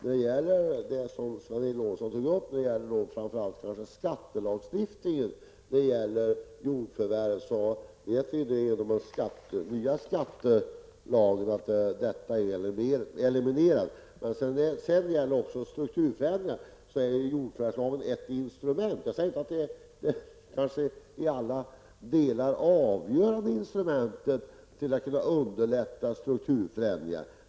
Fru talman! Det som Sven Eric Lorentzon tog upp framför allt när det gäller skattelagstiftningen i fråga om jordförvärv vet vi att detta är eliminerat genom den nya skattelagen. När det sedan gäller strukturförändringarna är jordförvärvslagen ett instrument. Men jag säger inte att den i alla delar är ett avgörande instrument för att underlätta strukturförändringar.